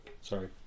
Sorry